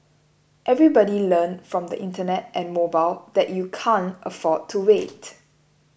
everybody learned from the Internet and mobile that you can't afford to wait